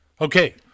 Okay